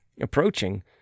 Approaching